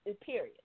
Period